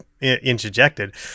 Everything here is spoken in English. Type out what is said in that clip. interjected